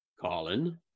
Colin